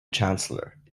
chancellor